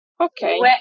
Okay